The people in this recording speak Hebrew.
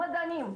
מדענים,